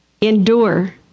endure